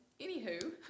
anywho